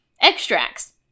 Extracts